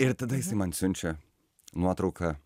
ir tada jis man siunčia nuotrauką